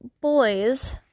boys